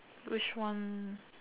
which one